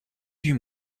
huit